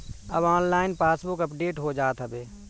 अब online passbook update हो जात हवे